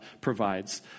provides